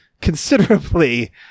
considerably